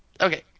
Okay